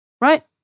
right